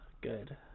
good